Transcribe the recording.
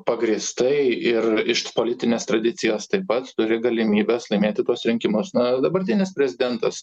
pagrįstai ir iš politinės tradicijos taip pat turi galimybes laimėti tuos rinkimus na dabartinis prezidentas